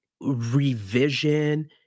revision